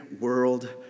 world